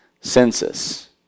census